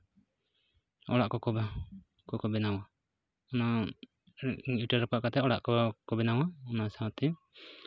ᱚᱲᱟᱜ ᱠᱚᱠᱚ ᱠᱚᱠᱚ ᱵᱮᱱᱟᱣᱟ ᱚᱱᱟ ᱤᱴᱟᱹ ᱨᱟᱯᱟᱜ ᱠᱟᱛᱮᱫ ᱚᱲᱟᱜ ᱠᱚ ᱠᱚᱠᱚ ᱵᱮᱱᱟᱣᱟ ᱚᱱᱟ ᱥᱟᱶᱛᱮ